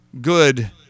good